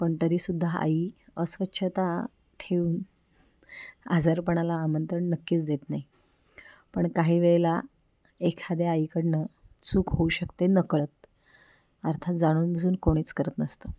पण तरीसुद्धा आई अस्वच्छता ठेवून आजारपणाला आमंत्रण नक्कीच देत नाही पण काही वेळेला एखाद्या आईकडनं चूक होऊ शकते नकळत अर्थात जाणूनबुजून कोणीच करत नसतं